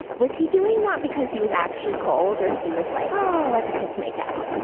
was he doing that because he was actually cold or he was like, oh, let the kids make out?